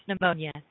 pneumonia